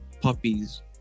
puppies